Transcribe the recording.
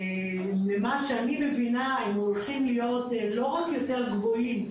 ממה שאני מבינה הם הולכים להיות לא רק יותר גבוהים,